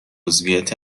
عضویت